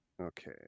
Okay